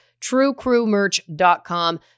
TrueCrewMerch.com